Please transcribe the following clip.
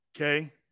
Okay